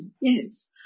yes